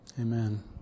Amen